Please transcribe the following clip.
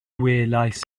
welais